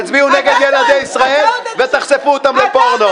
תצביעו נגד ילדי ישראל, ותחשפו אותם לפורנו.